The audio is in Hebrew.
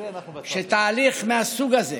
שתהליך מהסוג הזה